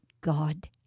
God